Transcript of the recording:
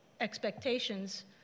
expectations